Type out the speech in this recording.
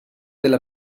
della